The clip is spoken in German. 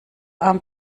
arm